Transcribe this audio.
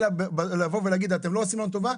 אלא לבוא ולהגיד אתם לא עושים לנו טובה,